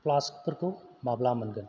फ्लास्कफोरखौ माब्ला मोनगोन